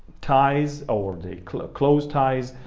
ties, or the close close ties,